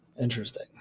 Interesting